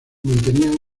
mantenían